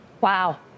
Wow